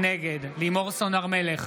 נגד לימור סון הר מלך,